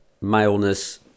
maleness